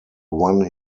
one